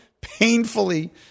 painfully